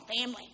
family